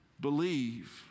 believe